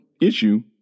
issue